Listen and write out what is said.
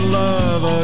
love